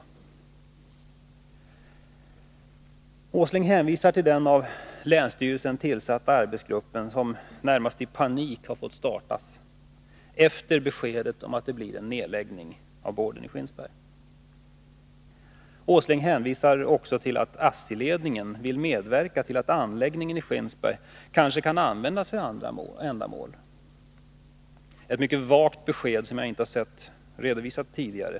Nils Åsling hänvisar till den av länsstyrelsen tillsatta arbetsgruppen, som närmast i panik har fått startas, efter beskedet om att det blir en nedläggning av boardtillverkningen i Skinnskatteberg. Nils Åsling hänvisar också till att ASSI-ledningen vill medverka till att anläggningen i Skinnskatteberg kanske kan användas för andra ändamål. Det är ett mycket vagt besked som jag inte sett redovisat tidigare.